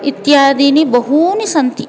इत्यादीनि बहूनि सन्ति